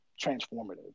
transformative